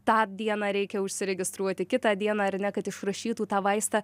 tą dieną reikia užsiregistruoti kitą dieną ar ne kad išrašytų tą vaistą